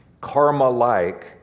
karma-like